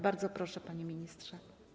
Bardzo proszę, panie ministrze.